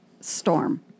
storm